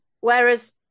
Whereas